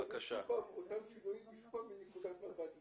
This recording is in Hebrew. שוב פעם אותם שינויים --- מנקודת מבט אישית.